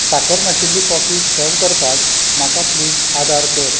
साकर नाशिल्ली coffee serve करपाक म्हाका प्लीज आदार कर